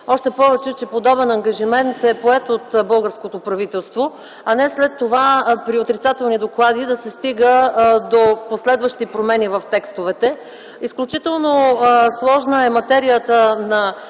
още повече, че подобен ангажимент е поет от българското правителство, а не след това при отрицателни доклади да се стига до последващи промени в текстовете. Изключително сложна е материята на